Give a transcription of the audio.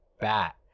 bat